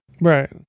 Right